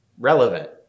relevant